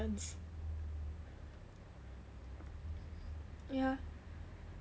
yeah